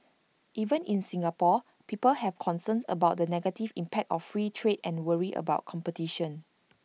even in Singapore people have concerns about the negative impact of free trade and worry about competition